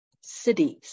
cities